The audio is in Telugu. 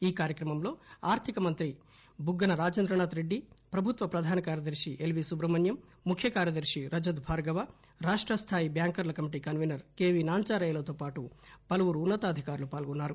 ఈ కార్యక్రమంలో ఆర్దికమంత్రి బుగ్గన రాజేంద్రనాథ్ రెడ్డి ప్రభుత్వ ప్రధాన కార్యదర్పి ఎల్వీ సుబ్రహ్మణ్యం ముఖ్య కార్యదర్పి రజత్ భార్గవ రాష్టస్థాయి బ్యాంకర్ల కమిటీ కన్వీనర్ కేవీ నాంచారయ్యలతోపాటు పలువురు ఉన్స తాధికారులు పాల్గొన్నారు